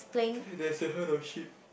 there is a herd of sheep